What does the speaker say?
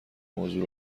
موضوع